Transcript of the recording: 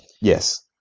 Yes